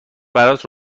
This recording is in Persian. برات